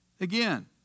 again